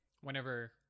Whenever